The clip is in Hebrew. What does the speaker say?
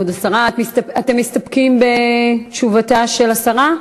אתם מסתפקים בתשובתה של השרה?